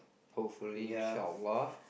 hopefully Insha Allah lah